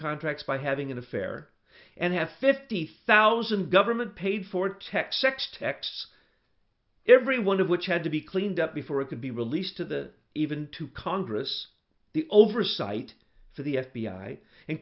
contract by having an affair and have fifty thousand government paid for tech six techs every one of which had to be cleaned up before it could be released to the even to congress the oversight for the f b i and